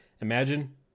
imagine